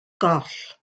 goll